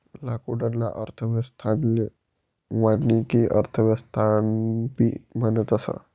लाकूडना अर्थव्यवस्थाले वानिकी अर्थव्यवस्थाबी म्हणतस